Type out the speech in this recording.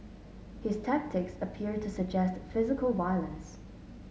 his tactics appear to suggest physical violence